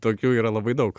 tokių yra labai daug